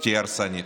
תהיה הרסנית.